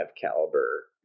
caliber